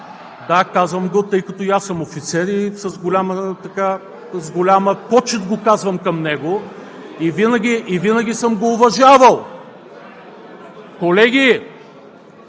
Да, казвам го, тъй като и аз съм офицер. С голяма почит го казвам към него и винаги съм го уважавал. (Силен